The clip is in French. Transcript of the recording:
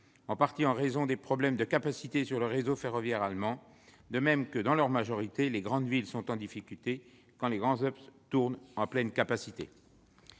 en partie en raison des problèmes de capacité du réseau ferroviaire allemand. De même, dans leur majorité, les grandes villes sont en difficulté, car les hubs importants tournent à pleine capacité.